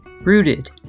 Rooted